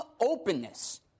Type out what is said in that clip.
openness